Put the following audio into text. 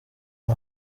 aya